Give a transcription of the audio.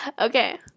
Okay